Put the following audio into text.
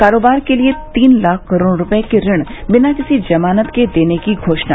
कारोबार के लिए तीन लाख करोड़ रुपये के ऋण बिना किसी जमानत के देने की घोषणा